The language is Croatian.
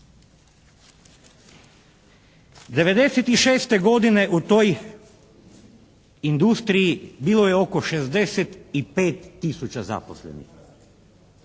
'96. godine u toj industriji bilo je oko 65 tisuća zaposlenih.